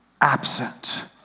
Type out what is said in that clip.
absent